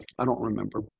i don't remember.